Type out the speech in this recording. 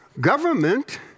government